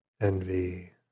envy